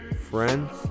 friends